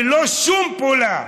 ללא שום פעולה.